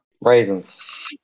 Raisins